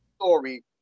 story